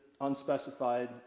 unspecified